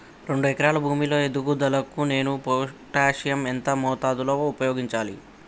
రెండు ఎకరాల భూమి లో ఎదుగుదలకి నేను పొటాషియం ఎంత మోతాదు లో ఉపయోగించాలి?